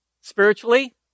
spiritually